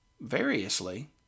variously